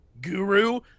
Guru